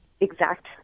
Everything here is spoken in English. exact